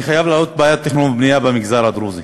אני חייב להעלות את בעיית התכנון והבנייה במגזר הדרוזי,